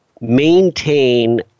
maintain